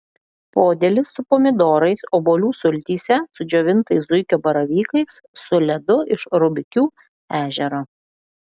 podėlis su pomidorais obuolių sultyse su džiovintais zuikio baravykais su ledu iš rubikių ežero